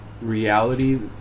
reality